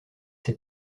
ses